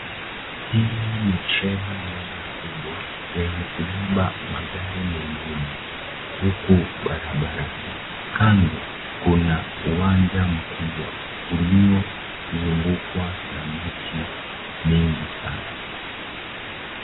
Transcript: Hili ni trela moja kubwa lenye kubeba magari mengine huku barabarani. Kando kuna uwanja mkubwa uliozungukwa na miti mingi sana.